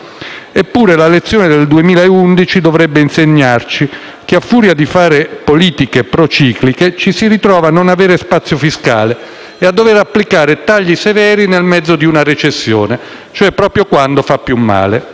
Eppure la lezione del 2011 dovrebbe insegnarci che, a furia di fare politiche procicliche, ci si ritrova a non avere spazio fiscale e a dover applicare tagli severi nel mezzo di una recessione, e cioè proprio quando fa più male.